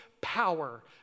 power